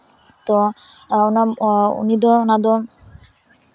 ᱛᱚ ᱩᱱᱤ ᱫᱚ ᱚᱱᱟ ᱫᱚ